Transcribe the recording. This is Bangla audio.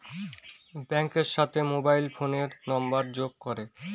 ব্যাঙ্কের সাথে মোবাইল ফোনের নাম্বারের যোগ করে